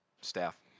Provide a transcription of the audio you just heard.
staff